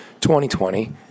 2020